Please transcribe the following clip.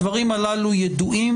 הדברים הללו ידועים,